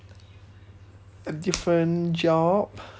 a different job